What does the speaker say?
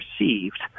received